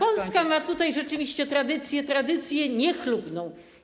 Polska ma tutaj rzeczywiście tradycję, tradycję niechlubną.